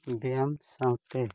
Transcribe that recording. ᱵᱮᱭᱟᱢ ᱥᱟᱶᱛᱮ